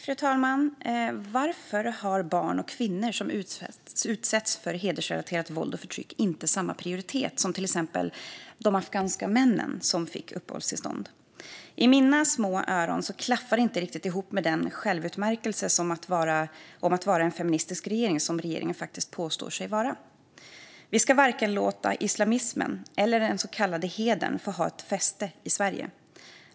Fru talman! Varför har barn och kvinnor som har utsatts för hedersrelaterat våld och förtryck inte samma prioritet som till exempel de afghanska männen som fick uppehållstillstånd? I mina små öron går det inte ihop med att regeringen har utnämnt sig själv till att vara en feministisk regering. Vi ska varken låta islamismen eller den så kallade hedern få ha ett fäste i Sverige.